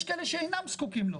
ויש כאלה שאינם זקוקים לו.